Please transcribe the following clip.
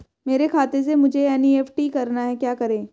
मेरे खाते से मुझे एन.ई.एफ.टी करना है क्या करें?